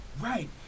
Right